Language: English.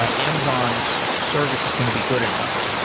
ah amazon's service is going to be good enough,